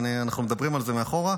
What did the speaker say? ואנחנו מדברים על זה מאחורה,